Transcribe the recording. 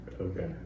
Okay